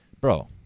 bro